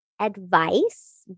advice